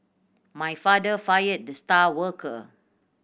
my father fired the star worker